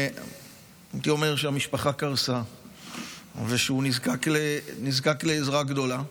הייתי אומר שהמשפחה קרסה ושהוא נזקק לעזרה גדולה.